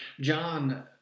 John